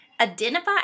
identify